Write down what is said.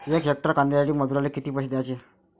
यक हेक्टर कांद्यासाठी मजूराले किती पैसे द्याचे?